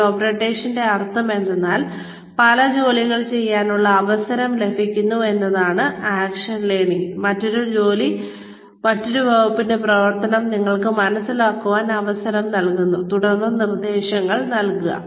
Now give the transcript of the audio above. job റോട്ടാഷന്റെ അർത്ഥം എന്തെന്നാൽ പല ജോലികൾ ചെയ്യാനുള്ള അവസരം ലഭിക്കുന്നു എന്നതാണ് ആക്ഷൻ ലേണിംഗിൽ മറ്റൊരു ജോലി മറ്റൊരു വകുപ്പിന്റെ പ്രവർത്തനം നിങ്ങൾക്ക് മനസിലാക്കാൻ അവസരം നൽകുന്നു തുടർന്ന് നിർദ്ദേശങ്ങൾ നൽകുക